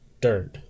dirt